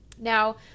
Now